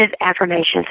affirmations